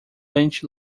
lynch